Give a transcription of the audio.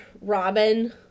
Robin